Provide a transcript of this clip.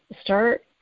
start